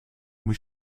moet